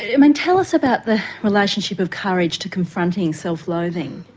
i mean tell us about the relationship of courage to confronting self-loathing.